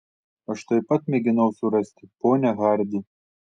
aš taip pat mėginau surasti ponią hardi